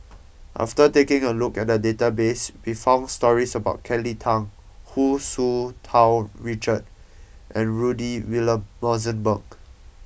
after taking a look at the database we found stories about Kelly Tang Hu Tsu Tau Richard and Rudy William Mosbergen